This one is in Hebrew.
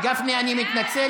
גפני, אני מתנצל,